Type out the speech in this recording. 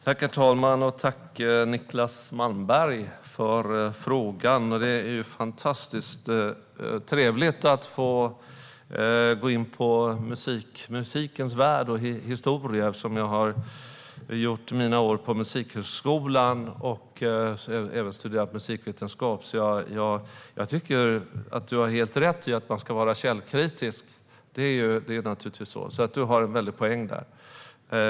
Herr talman! Jag tackar Niclas Malmberg för frågan. Det är fantastiskt trevligt att få gå in i musikens värld och historia, eftersom jag har gjort mina år på Musikhögskolan och även har studerat musikvetenskap. Jag tycker att du, Niclas Malmberg, har helt rätt i att man ska vara källkritisk. Så är det naturligtvis. Du har en poäng där.